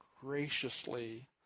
graciously